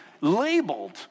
labeled